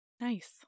Nice